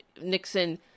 Nixon